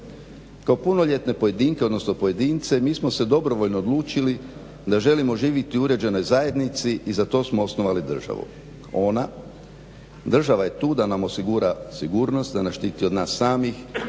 Kao punoljetne pojedinke, odnosno pojedince mi smo se dobrovoljno odlučili da želimo živjeti u uređenoj zajednici i za to smo osnovali državu. Ona, država je tu da nam osigura sigurnost, da naš štiti od nas samih